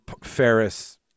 Ferris